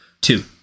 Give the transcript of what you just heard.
Two